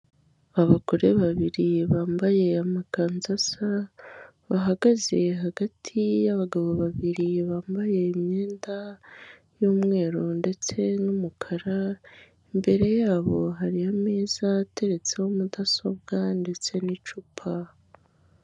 Abagore babiri bambaye amakanzu asa, bahagaze hagati y'abagabo babiri bambaye imyenda y'umweru ndetse n'umukara imbere yabo hari ameza ateretseho mudasobwa ndetse n'icupa.